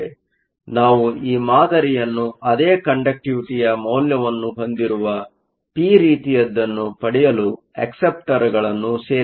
ಆದ್ದರಿಂದ ನಾವು ಈ ಮಾದರಿಅನ್ನು ಅದೇ ಕಂಡಕ್ಟಿವಿಟಿಯ ಮೌಲ್ಯವನ್ನು ಹೊಂದಿರುವ ಪಿ ರೀತಿಯದ್ದನ್ನು ಪಡೆಯಲು ಅಕ್ಸೆಪ್ಟರ್ಗಳನ್ನು ಸೇರಿಸಲಿದ್ದೇವೆ